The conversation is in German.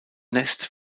nest